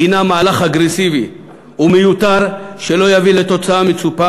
החקיקה היום היא מהלך אגרסיבי ומיותר שלא יביא לתוצאה המצופה,